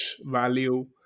value